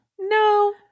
No